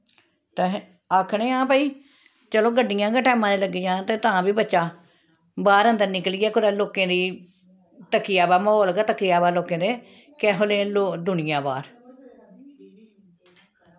ते अस आखने आं भाई चलो गड्डियां गै टैमा दियां लग्गी जान ते तां बी बच्चा बाह्र अंदर निकलियै कुतै लोकें दी तक्की आवै म्हौल गै तक्की आवै लोकें दे केहो जेही दुनियां बाह्र